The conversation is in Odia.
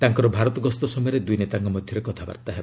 ତାଙ୍କର ଭାରତ ଗସ୍ତ ସମୟରେ ଦୂଇ ନେତାଙ୍କ ମଧ୍ୟରେ କଥାବାର୍ତ୍ତା ହେବ